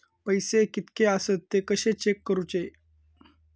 पैसे कीतके आसत ते कशे चेक करूचे?